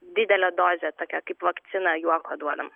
didelę dozę tokią kaip vakciną juoko duodam